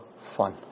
fun